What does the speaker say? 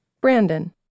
Brandon